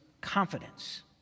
confidence